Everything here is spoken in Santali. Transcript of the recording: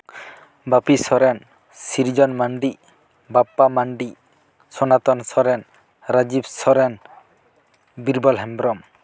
ᱵᱟᱯᱤ ᱥᱚᱨᱮᱱ ᱥᱨᱤᱡᱚᱱ ᱢᱟᱱᱰᱤ ᱵᱟᱯᱯᱟ ᱢᱟᱱᱰᱤ ᱥᱚᱱᱟᱛᱚᱱ ᱥᱚᱨᱮᱱ ᱨᱟᱡᱤᱵ ᱥᱚᱨᱮᱱ ᱵᱤᱨᱵᱚᱞ ᱦᱮᱢᱵᱨᱚᱢ